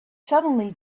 suddenly